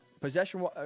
possession